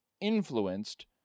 influenced